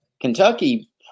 Kentucky